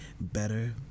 better